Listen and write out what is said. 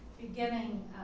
beginning